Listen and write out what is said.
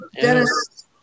Dennis